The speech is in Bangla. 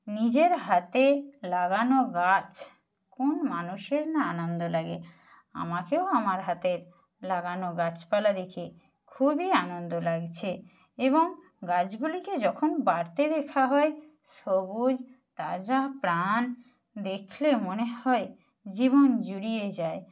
নিজের হাতে লাগানো গাছ কোন মানুষের না আনন্দ লাগে আমাকেও আমার হাতের লাগানো গাছপালা দেখে খুবই আনন্দ লাগছে এবং গাছগুলিকে যখন বাড়তে দেখা হয় সবুজ তাজা প্রাণ দেখলে মনে হয় জীবন জুড়িয়ে যায়